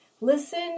Listen